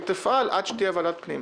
והיא תפעל עד שתהיה ועדת פנים.